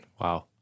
Wow